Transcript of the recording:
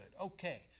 Okay